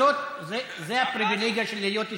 זו הפריבילגיה של להיות יושב-ראש.